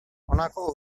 honako